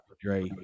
Dre